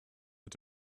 mit